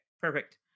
perfect